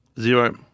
zero